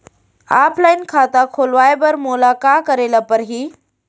Offline खाता खोलवाय बर मोला का करे ल परही?